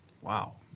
Wow